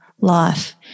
life